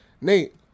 Nate